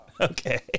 Okay